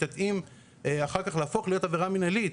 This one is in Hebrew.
תתאים אחר כך להפוך להיות עבירה מנהלית.